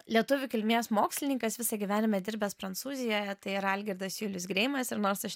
lietuvių kilmės mokslininkas visą gyvenimą dirbęs prancūzijoje tai yra algirdas julius greimas ir nors aš